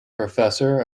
professor